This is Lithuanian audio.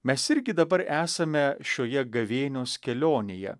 mes irgi dabar esame šioje gavėnios kelionėje